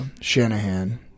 Shanahan